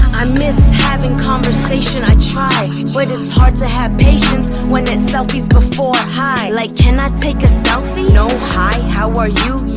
i miss having conversation. i try, but it's hard to have patience when it's selfies before hi. like, can i take a selfie. no hi, how are you? yeah,